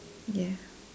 ya